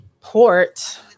port